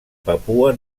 papua